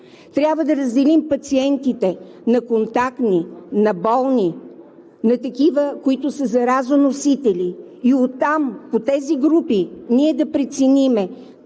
Трябва да разделим пациентите на контактни, на болни, на такива, които са заразоносители и оттам, по тези групи, ние да преценим